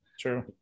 true